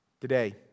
Today